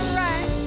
right